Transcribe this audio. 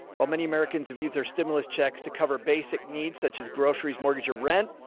well, many americans have used their stimulus checks to cover basic needs such as groceries, mortgage, or rent.